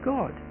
God